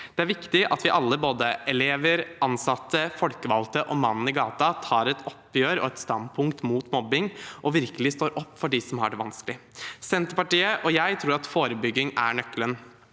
Det er viktig at vi alle, både elever, ansatte, folkevalgte og mannen i gata, tar et oppgjør og et standpunkt mot mobbing og virkelig står opp for dem som har det vanskelig. Senterpartiet og jeg tror at forebygging er nøkkelen.